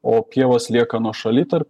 o pievos lieka nuošaly tarp